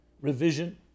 revision